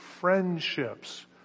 friendships